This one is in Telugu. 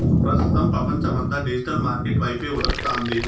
ప్రస్తుతం పపంచమంతా డిజిటల్ మార్కెట్ వైపే ఉరకతాంది